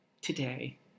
today